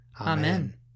Amen